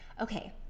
Okay